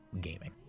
gaming